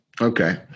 Okay